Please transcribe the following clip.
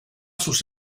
sus